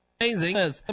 Amazing